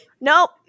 nope